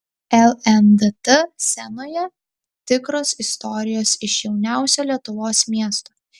lndt scenoje tikros istorijos iš jauniausio lietuvos miesto